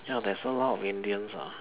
ya there's a lot of Indians lah